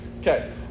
Okay